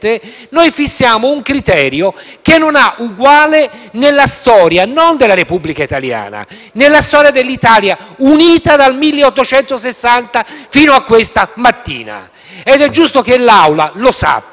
fissiamo un criterio che non ha uguali nella storia, non della Repubblica italiana, ma dell'Italia unita, dal 1860 fino a questa mattina, ed è giusto che l'Assemblea lo sappia